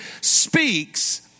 speaks